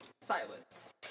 Silence